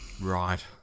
Right